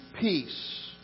peace